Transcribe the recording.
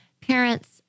parents